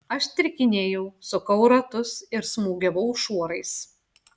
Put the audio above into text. aš strikinėjau sukau ratus ir smūgiavau šuorais